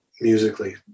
musically